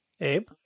Abe